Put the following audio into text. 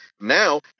Now